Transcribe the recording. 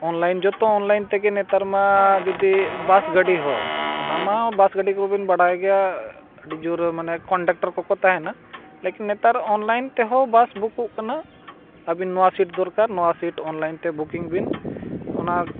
online ᱡᱚᱛᱚ online ᱛᱮᱜᱮ ᱱᱮᱛᱟᱨ ᱢᱟ ᱡᱩᱫᱤ ᱵᱟᱥ ᱜᱟᱹᱰᱤ ᱦᱚᱸ ᱚᱱᱟᱢᱟ ᱵᱟᱥ ᱜᱟᱹᱰᱤ ᱠᱚᱵᱤᱱ ᱵᱟᱲᱟᱭ ᱜᱮᱭᱟ ᱟᱹᱰᱤ ᱡᱳᱨ ᱢᱟᱱᱮ ᱠᱚᱱᱰᱟᱠᱴᱟᱨ ᱠᱚᱠᱚ ᱛᱟᱦᱮᱱᱟ ᱞᱮᱠᱤᱱ ᱱᱮᱛᱟᱨ ᱚᱱᱞᱟᱭᱤᱱ ᱛᱮᱦᱚᱸ ᱵᱟᱥ ᱵᱩᱠᱩᱜ ᱠᱟᱱᱟ ᱟᱹᱵᱤᱱ ᱱᱚᱣᱟ ᱥᱤᱴ ᱫᱚᱨᱠᱟᱨ ᱱᱚᱣᱟ ᱥᱤᱴ ᱚᱱᱞᱟᱭᱤᱱ ᱛᱮ ᱵᱩᱠᱤᱝ ᱵᱤᱱ ᱚᱱᱟ